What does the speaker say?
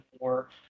more